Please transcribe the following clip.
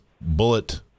bullet